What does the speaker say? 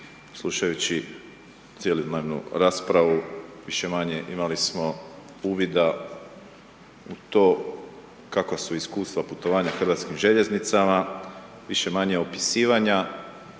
Slušajući cjelodnevnu raspravu, više-manje imali smo uvida u to kakva su iskustva putovanja HŽ-om, više-manje opisivanja,